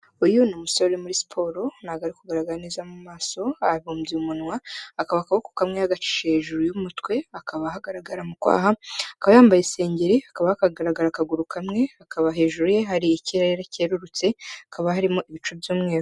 Uyu ni umusore uri muri siporo, ntago ari kugaragara neza mu maso, yabumbye umunwa, akaba akaboko kamwe yagacishije hejuru y'umutwe, hakaba hagaragara, akaba yambaye iserengeri, hakaba kagaragara akaguru kamwe, hakaba hejuru ye hari ikirere kerurutse, hakaba harimo ibicu by'umweru.